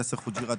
יאסר חוג'יראת,